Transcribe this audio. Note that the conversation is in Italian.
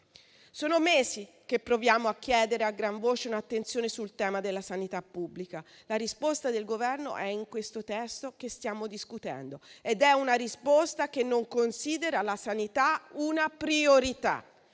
Sono mesi che proviamo a chiedere a gran voce un'attenzione sul tema della sanità pubblica. La risposta del Governo è in questo testo che stiamo discutendo e non considera la sanità una priorità